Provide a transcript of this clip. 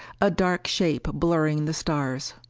a dark shape blurring the stars.